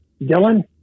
Dylan